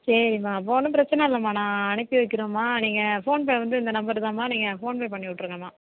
சரிம்மா அப்போ ஒன்றும் பிரச்சனை இல்லைமா நான் அனுப்பி வைக்கிறேம்மா நீங்கள் ஃபோன் பே வந்து இந்த நம்பர் தான்மா நீங்கள் ஃபோன் பே பண்ணிவிட்ருங்கம்மா